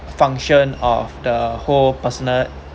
function of the whole personal